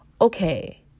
okay